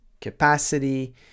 capacity